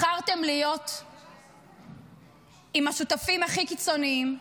בחרתם להיות עם השותפים הכי קיצוניים,